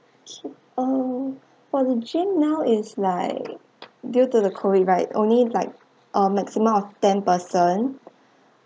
oh for the gym now is like due to the COVID right only like a maximum of ten person